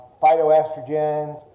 phytoestrogens